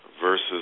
versus